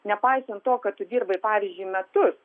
nepaisant to kad tu dirbai pavyzdžiui metus